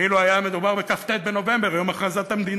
כאילו היה מדובר בכ"ט בנובמבר, יום הכרזת המדינה.